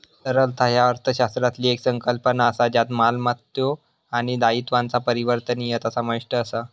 तरलता ह्या अर्थशास्त्रातली येक संकल्पना असा ज्यात मालमत्तो आणि दायित्वांचा परिवर्तनीयता समाविष्ट असा